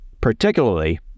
particularly